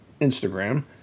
Instagram